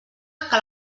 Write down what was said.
que